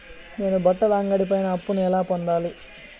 నేను బట్టల అంగడి పైన అప్పును ఎలా పొందాలి?